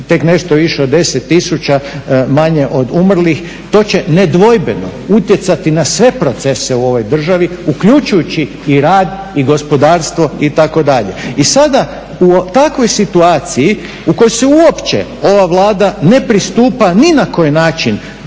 tek nešto više od 10 tisuća manje od umrlih. To će nedvojbeno utjecati na sve procese u ovoj državi, uključujući i rad i gospodarstvo itd. I sada u takvoj situaciji u kojoj uopće ova Vlada ne pristupa ni na koji način